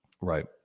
Right